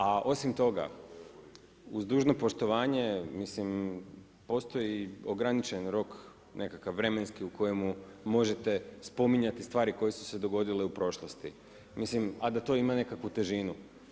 A osim toga, uz dužno poštovanje, mislim, postoji ograničeni rok, vremenski, u kojemu možete spominjati stvari koje su se dogodile u prošlosti, a da to ima nekakvu težinu.